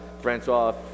Francois